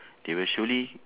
they will surely